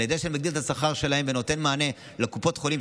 על ידי זה שאני מגדיל את השכר שלהם ונותן מענה לקופות חולים,